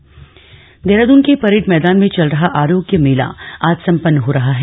आरोग्य मेला देहरादून के परेड मैदान में चल रहा आरोग्य मेला आज सम्पन्न हो रहा है